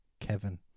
Kevin